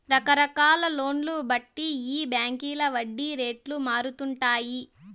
రకరకాల లోన్లను బట్టి ఈ బాంకీల వడ్డీ రేట్లు మారతండాయి